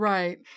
Right